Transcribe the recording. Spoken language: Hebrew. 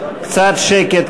קצת שקט,